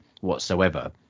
whatsoever